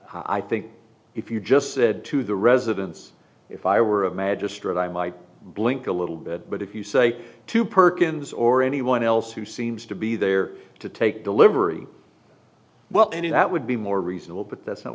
i think if you just said to the residents if i were a magistrate i might blink a little bit but if you say to perkins or anyone else who seems to be there to take delivery well any that would be more reasonable but that's not